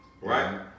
Right